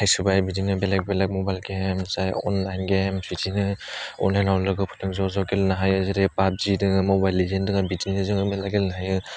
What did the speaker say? सोबाय बिदिनो बेलेक बेलेक मबाइल गेम जाय अनलाइन गेम बिदिनो अनलाइनाव लोगोफोरजों ज' ज' गेलेनो हायो जेरै पाबजि दोङो मबाइल लेजेन्ड दोङो बिदिनो जोङो मेला गेलेनो हायो